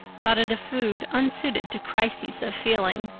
thought it a food unsuited to crises of feeling,